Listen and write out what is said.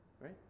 Right